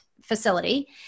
facility